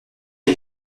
est